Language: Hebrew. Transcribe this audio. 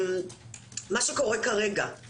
מה שקורה כרגע הוא